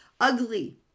ugly